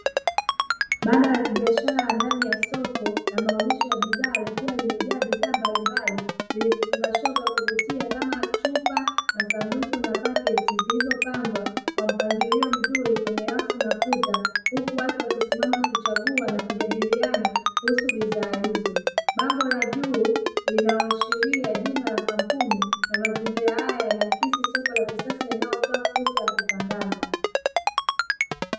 Banda la kibiashara ndani ya soko la maonyesho ya bidhaa iliyokuwa imejaa bidhaa mbalimbali zenye vifungashio vya kuvutia kama chupa, masanduku na paketi zilizopangwa kwa mpangilio mzuri kwenye rafu na kuta. Huku watu wakisimama wakichagua na kujadiliana kuhusu bidhaa hizo. Bango la juu linaloashiria jina la kampuni na mazingira haya yanayoakisi soko la kisasa linalotoa fursa ya kutangaza.